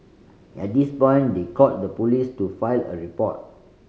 at this point they called the police to file a report